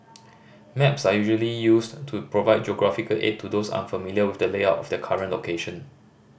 maps are usually used to provide geographical aid to those unfamiliar with the layout of their current location